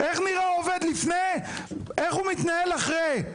איך נראה העובד לפני, איך הוא מתנהל אחרי?